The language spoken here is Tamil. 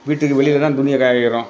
வீட்டுக்கு வெளியே தான் துணியே காய வைக்கிறோம்